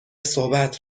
صحبت